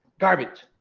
garbage,